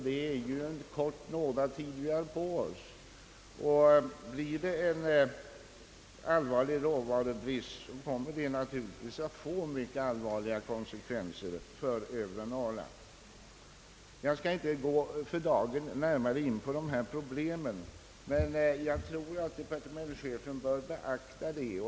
Det är en kort nådatid vi har, och blir det en allvarlig råvarubrist kommer det naturligtvis att få mycket allvarliga konsekvenser för övre Norrland. Jag skall inte gå närmare in på dessa problem, men jag tror att departementschefen bör beakta dem.